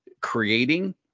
creating